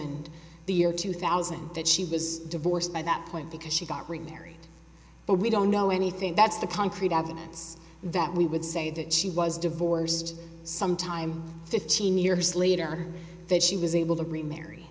the year two thousand that she was divorced by that point because she got remarried but we don't know anything that's the concrete evidence that we would say that she was divorced some time fifteen years later that she was able to remarry